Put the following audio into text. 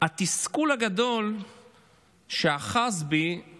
התסכול הגדול שאחז בי הוא